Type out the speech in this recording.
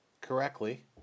correctly